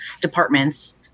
departments